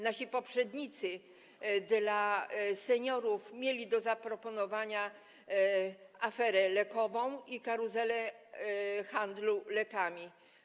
Nasi poprzednicy seniorom mieli do zaproponowania aferę lekową i karuzelę handlu lekami.